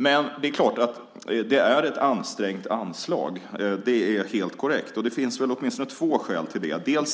Men det är klart att det är ett ansträngt anslag. Det är helt korrekt. Det finns åtminstone två skäl till det. Det ena är